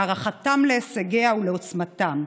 את הערכתם להישגיה ועוצמתה.